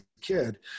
kid